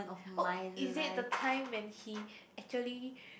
oh is it the time when he actually